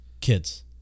kids